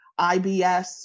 IBS